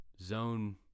zone